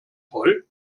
voll